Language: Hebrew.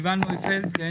סיון נויפלד כן.